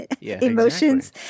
emotions